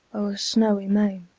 snowy main,